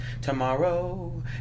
tomorrow